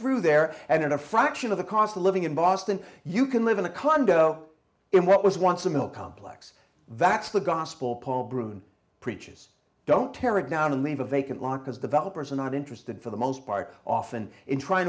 through there and in a fraction of the cost of living in boston you can live in a condo in what was once a mill complex that's the gospel paul broun preaches don't tear it down and leave a vacant lot because developers are not interested for the most part often in try